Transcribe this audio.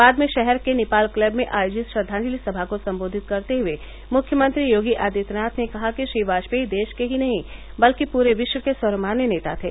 बद में शहर के निपाल क्लब में आयोजित श्रद्वाजलि सभा को सम्बोधित करते हुए मुख्यमंत्री योगी आदित्यनाथ ने कहा कि श्री वाजपेयी देश के ही नहीं बल्कि पूरे विश्व के सर्वमान्य नेता थे